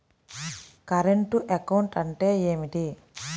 Current account అంటే ఏమిటి?